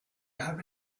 have